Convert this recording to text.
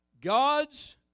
God's